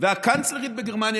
והקנצלרית בגרמניה,